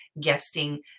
guesting